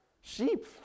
Sheep